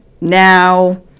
now